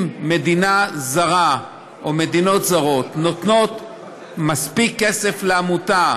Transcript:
אם מדינה זרה או מדינות זרות נותנות מספיק כסף לעמותה,